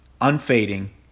unfading